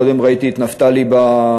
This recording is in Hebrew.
קודם ראיתי את נפתלי במסדרון,